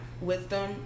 wisdom